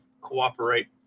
cooperate